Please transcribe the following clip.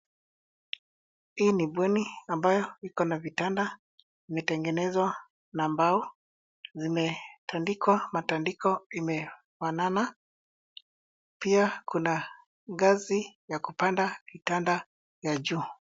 Hii ni bweni ambayo iko na vitanda, imetengenezwa na mbao. Zimetandikwa matandiko imefanana. Pia kuna ngazi ya kupanda kitanda ya juu.